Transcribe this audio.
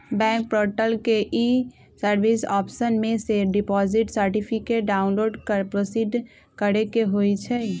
bank portal के ई service option में से डिपॉजिट सर्टिफिकेट डाउनलोड कर प्रोसीड करेके होइ छइ